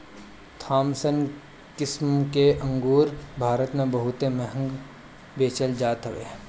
Thompson किसिम के अंगूर भारत में बहुते महंग बेचल जात हअ